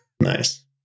Nice